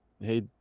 hey